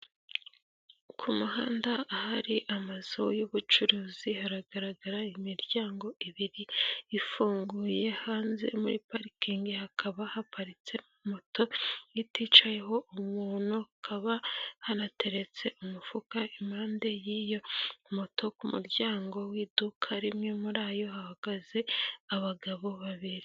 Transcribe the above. Ku muhanda ahari amazu y'ubucuruzi, hagaragara imiryango ibiri ifunguye, hanze muri parikingi hakaba haparitse moto iticayeho umuntu, hakaba hanateretse umufuka impande y'iyo moto, ku muryango w'iduka rimwe muri ayo hahagaze abagabo babiri.